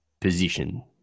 position